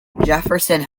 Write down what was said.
jefferson